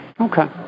Okay